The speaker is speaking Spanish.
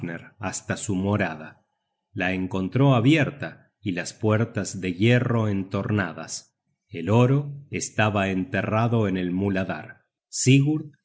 hasta su morada la encontró abierta y las puertas de hierro entornadas el oro estaba enterrado en el muladar